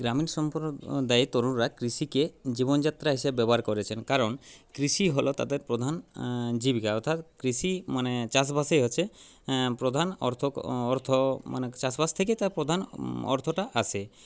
গ্রামীণ সম্প্রদায়ের তরুণরা কৃষিকে জীবনযাত্রা হিসাবে ব্যবহার করেছেন কারণ কৃষি হল তাদের প্রধান জীবিকা অর্থাৎ কৃষি মানে চাষ বাসই আছে প্রধান অর্থ অর্থ মানে চাষ বাস থেকে তার প্রধান অর্থটা আসে